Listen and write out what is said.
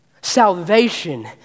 Salvation